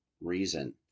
reason